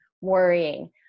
worrying